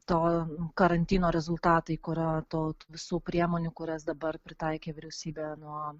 to karantino rezultatai kurio to tų visų priemonių kurias dabar pritaikė vyriausybė nuo